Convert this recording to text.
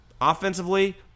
offensively